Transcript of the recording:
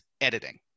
Editing